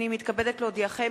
הנני מתכבדת להודיעכם,